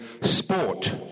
sport